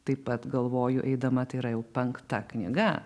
taip pat galvoju eidama tai yra jau penkta knyga